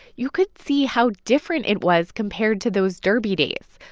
you could see how different it was compared to those derby days.